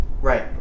Right